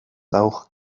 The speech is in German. auch